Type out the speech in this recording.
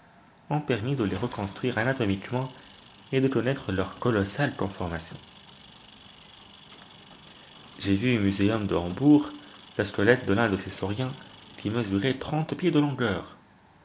ont permis de les reconstruire anatomiquement et de connaître leur colossale conformation j'ai vu au muséum de hambourg le squelette de l'un de ces sauriens qui mesurait trente pieds de longueur